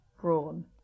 brawn